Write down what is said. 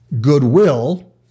goodwill